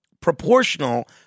proportional